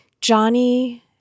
Johnny